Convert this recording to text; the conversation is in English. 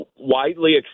widely